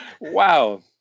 Wow